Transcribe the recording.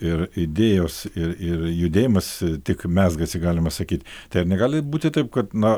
ir idėjos ir ir judėjimas tik mezgasi galima sakyt tai ar negali būti taip kad na